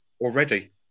already